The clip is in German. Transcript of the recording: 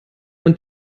und